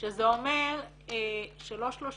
שזה אומר שלא 32